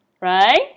right